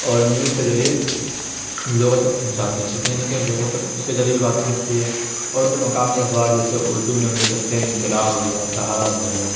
اور نیوز کے ذریعے لوگوں تک پہنچاتے ہیں تو کہیں نہ کہیں لوگوں تک اس کے ذریعے بھی بات پہنچتی ہے اور جو مقامی اخبار جیسے اردو میں ہم لے سکتے ہیں انقلاب ہو گیا سہارا ہو گیا